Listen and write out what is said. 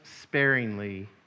sparingly